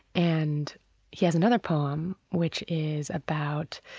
and he has another poem which is about